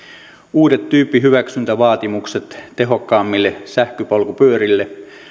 uudet tyyppihyväksyntävaatimukset tehokkaammille sähköpolkupyörille